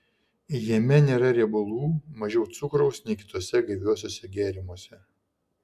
jame nėra riebalų mažiau cukraus nei kituose gaiviuosiuose gėrimuose